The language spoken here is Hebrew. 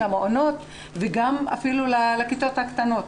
למעונות ואפילו לכיתות הקטנות.